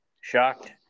shocked